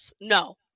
no